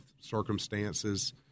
circumstances